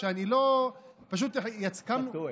אתה טועה.